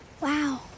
Wow